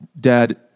dad